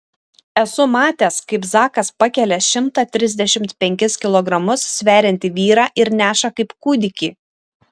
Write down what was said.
esu matęs kaip zakas pakelia šimtą trisdešimt penkis kilogramus sveriantį vyrą ir neša kaip kūdikį